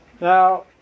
Now